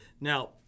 now